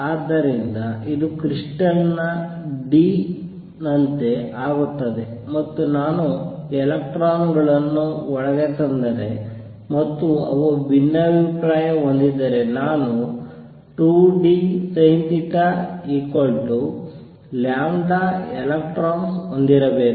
ಆದ್ದರಿಂದ ಇದು ಕ್ರಿಸ್ಟಲ್ ನ d ನಂತೆ ಆಗುತ್ತದೆ ಮತ್ತು ನಾನು ಎಲೆಕ್ಟ್ರಾನ್ ಗಳನ್ನು ಒಳಗೆ ತಂದರೆ ಮತ್ತು ಅವು ಭಿನ್ನಾಭಿಪ್ರಾಯ ಹೊಂದಿದ್ದರೆ ನಾನು 2 d sinelectrons ಹೊಂದಿರಬೇಕು